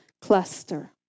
cluster